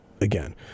again